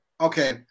okay